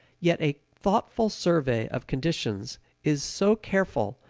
yet a thoughtful survey of conditions is so careful,